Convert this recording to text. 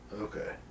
Okay